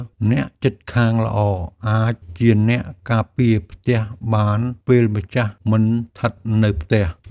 អ្នកជិតខាងល្អអាចជាអ្នកការពារផ្ទះបានពេលម្ចាស់មិនស្ថិតនៅផ្ទះ។